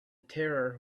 terror